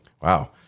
Wow